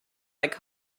like